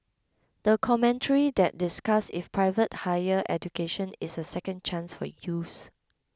the commentary that discussed if private higher education is a second chance for youths